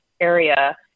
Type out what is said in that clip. area